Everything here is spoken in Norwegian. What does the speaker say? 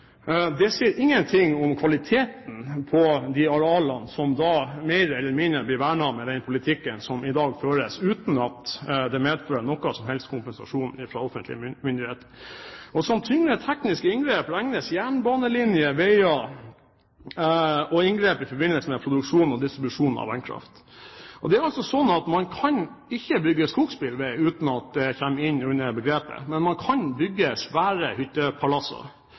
Det sier ingenting om kvaliteten på de arealene som mer eller mindre blir vernet med den politikken som i dag føres, uten at det medfører noen som helst kompensasjon fra offentlig myndighet. Som tyngre tekniske inngrep regnes jernbanelinjer, veier og inngrep i forbindelse med produksjon og distribusjon av vannkraft. Det er altså sånn at man kan ikke bygge skogsbilvei uten at det kommer inn under begrepet, men man kan bygge svære